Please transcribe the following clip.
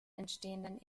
entstehenden